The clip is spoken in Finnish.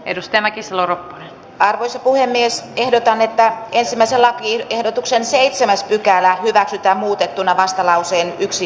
edestä ropponen on ilmari nurmisen kannattamana ehdottanut että pykälä hyväksytään vastalauseen yksi